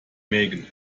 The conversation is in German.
mägen